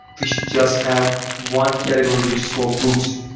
we should just have one category, which is called books.